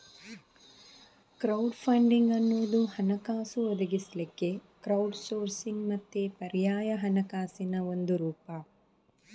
crowd funding ಅನ್ನುದು ಹಣಕಾಸು ಒದಗಿಸ್ಲಿಕ್ಕೆ ಕ್ರೌಡ್ ಸೋರ್ಸಿಂಗ್ ಮತ್ತೆ ಪರ್ಯಾಯ ಹಣಕಾಸಿನ ಒಂದು ರೂಪ